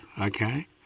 okay